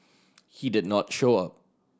he did not show up